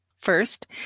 First